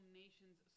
nation's